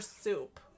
soup